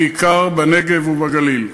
בעיקר בנגב ובגליל.